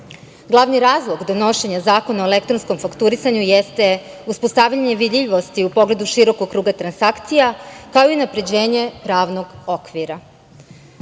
razlog donošenja zakona o elektronskom fakturisanju jeste uspostavljanje vidljivosti u pogledu širokog kruga transakcija, kao i unapređenje pravnog okvira.Za